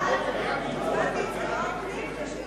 התש"ע 2010, נתקבלה.